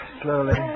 slowly